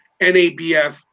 NABF